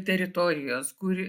teritorijos kur